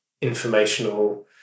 informational